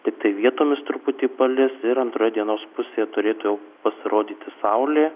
tiktai vietomis truputį palis ir antroje dienos pusėje turėtų jau pasirodyti saulė